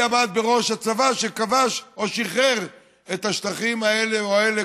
עמד בראש הצבא שכבש או שחרר את השטחים האלה או האלה,